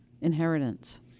inheritance